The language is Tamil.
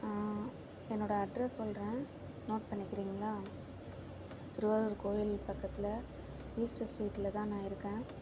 என்னோடய அட்ரெஸ் சொல்கிறேன் நோட் பண்ணிக்கிறிங்களா திருவாரூர் கோயில் பக்கத்தில் ஈஸ்ட்டு ஸ்ட்ரீட்டில்தான் நான் இருக்கேன்